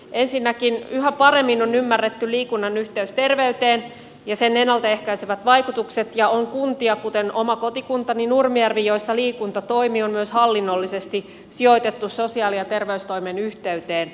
ensinnäkin yhä paremmin on ymmärretty liikunnan yhteys terveyteen ja sen ennalta ehkäisevät vaikutukset ja on kuntia kuten oma kotikuntani nurmijärvi joissa liikuntatoimi on myös hallinnollisesti sijoitettu sosiaali ja terveystoimen yhteyteen